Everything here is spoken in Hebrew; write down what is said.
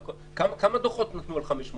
כמה דוחות נתנו על 500 שקל?